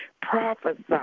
prophesy